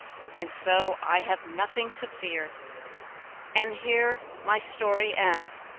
and so i have nothing to fear and here my story ends.